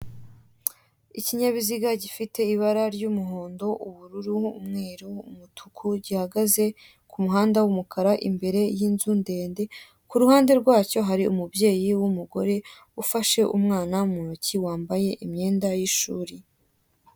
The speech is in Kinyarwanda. Ikinyabiziga gifite ibara ry'umuhondo, ubururu, umweru, umutuku, gihagaze ku muhanda w'umukara imbere y'inzu ndende, kuruhande rwacyo hari umubyeyi w'umugore ufashe umwana mu ntoki, wambaye imyenda y'ishuri.